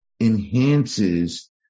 enhances